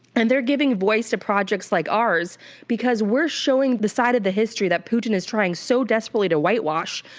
and they're giving voice to projects like ours because we're showing the side of the history that putin is trying so desperately to whitewash.